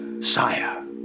sire